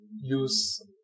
use